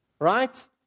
right